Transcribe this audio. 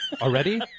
already